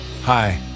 Hi